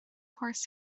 horse